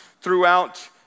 throughout